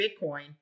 Bitcoin